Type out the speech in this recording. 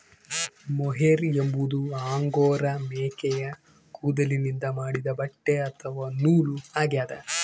mohair ಎಂಬುದು angora ಮೇಕೆಯ ಕೂದಲಿನಿಂದ ಮಾಡಿದ ಬಟ್ಟೆ ಅಥವಾ ನೂಲು ಆಗ್ಯದ